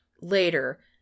later